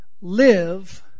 Live